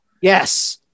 Yes